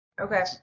Okay